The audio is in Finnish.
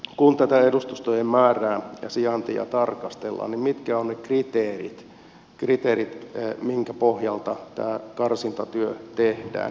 kun tätä edustustojen määrää ja sijaintia tarkastellaan niin mitkä ovat ne kriteerit minkä pohjalta tämä karsintatyö tehdään